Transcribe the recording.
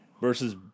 versus